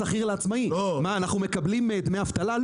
מה, אנחנו מקבלים דמי אבטלה?